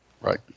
Right